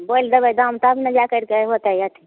बोलि देबै दाम तब ने जए करिकऽ होतै अथी